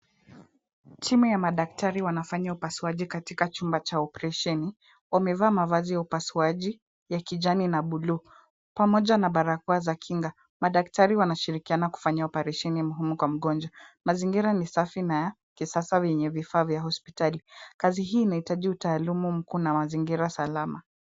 Timu ya madaktari wanafanya upasuaji katika chumba cha oparesheni wamevaa mavazi ya upasuaji ya kijani na bluu pamoja na barakoa za kinga. Madaktari wanashirikiana kufanya oparesheni muhimu kwa mgonjwa. Mazingira ni safi na ya kisasa yenye vifaa vya hospitali. Kazi hii inahitaji utaluuma mkuu na mazingira salama.